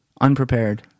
unprepared